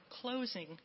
closing